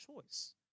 choice